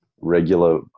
regular